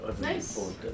Nice